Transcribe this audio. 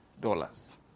dollars